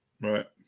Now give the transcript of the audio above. right